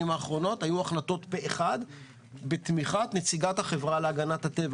האחרונות היו החלטות פה-אחד בתמיכת נציגת החברה להגנת הטבע.